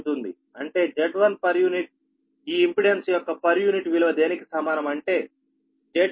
అంటే Z1 ఈ impedance యొక్క పర్ యూనిట్ విలువ దేనికి సమానం అంటే Zp ZsZsB